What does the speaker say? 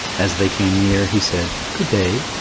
as they came near, he said, good day,